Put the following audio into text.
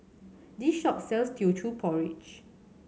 this shop sells Teochew Porridge